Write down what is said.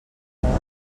veu